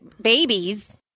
Babies